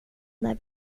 när